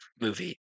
movie